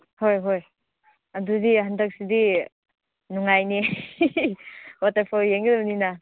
ꯍꯣꯏ ꯍꯣꯏ ꯑꯗꯨꯗꯤ ꯍꯟꯗꯛꯁꯤꯗꯤ ꯅꯨꯡꯉꯥꯏꯅꯤ ꯋꯥꯇꯔꯐꯣꯜ ꯌꯦꯡꯒꯗꯕꯅꯤꯅ